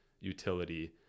utility